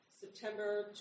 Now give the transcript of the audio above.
September